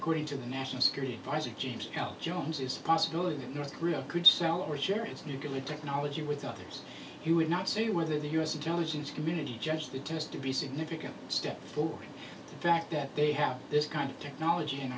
according to the national security adviser james l jones is a possibility that north korea could sell or share its nuclear technology with others he would not say whether the u s intelligence community judged the test to be significant step forward the fact that they have this kind of technology